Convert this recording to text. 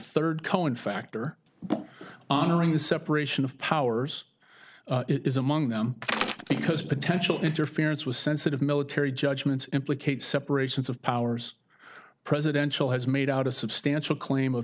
third cohen factor honoring the separation of powers is among them because potential interference with sensitive military judgments implicates separations of powers presidential has made out a substantial claim of